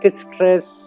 stress